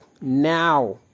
now